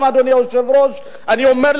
דודו רותם, בלי פופוליזם, אני אומר לך.